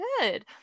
Good